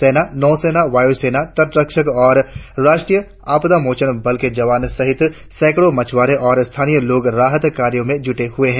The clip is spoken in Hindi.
सेना नौसेना वायु सेना तटरक्षक और राष्ट्रीय आपदा मोचन बल के जवानों सहित सैकड़ो मछुआरे और स्थानीय लोग राहत कार्यो में जुटे हुए है